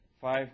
five